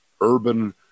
urban